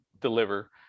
deliver